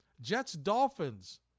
Jets-Dolphins